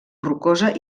rocosa